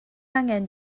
angen